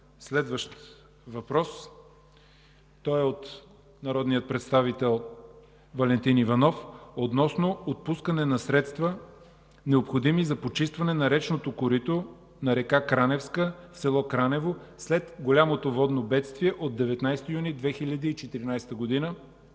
следващ въпрос. Той е от народния представител Валентин Николов относно отпускане на средства, необходими за почистване на речното корито на река Краневска, село Кранево след голямото водно бедствие от 19 юни 2014 г.